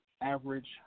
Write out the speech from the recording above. average